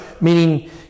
meaning